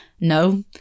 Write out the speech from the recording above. No